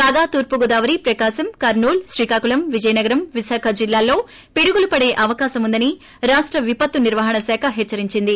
కాగా తూర్పుగోదావరి ప్రకాశం కర్పూల్ శ్రీకాకుళం విజయనగరం విశాఖ జిల్లాల్లో పిడుగులు పడే అవకాశం ఉందని రాష్ట విపత్తు నిర్వహణ శాఖ హెచ్చరించింది